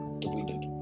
deleted